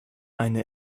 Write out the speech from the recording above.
eine